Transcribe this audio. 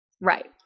Right